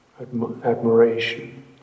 admiration